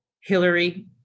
Hillary